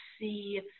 see